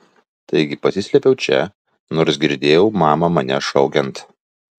taigi pasislėpiau čia nors girdėjau mamą mane šaukiant